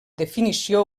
definició